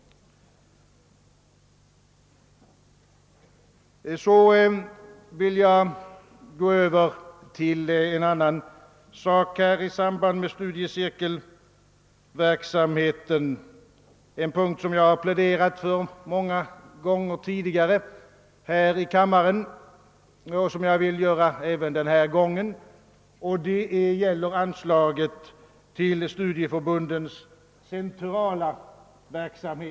Sedan vill jag gå över till en annan sak i samband med studiecirkelverksamheten, en punkt som jag har pläderat för tidigare många gånger här i kammaren, nämligen anslaget till studieförbundens centrala verksamhet.